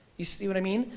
you see what i mean,